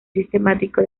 sistemático